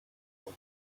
głąb